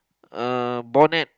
uh bonnet